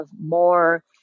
more